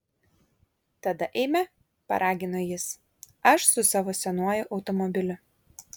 tada eime paragino jis aš su savo senuoju automobiliu